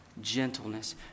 Gentleness